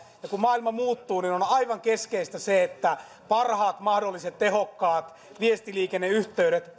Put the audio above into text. kun maailma muuttuu niin on aivan keskeistä se että parhaat mahdolliset tehokkaat viestiliikenneyhteydet